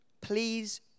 please